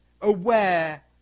aware